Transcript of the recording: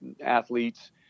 athletes